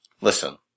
Listen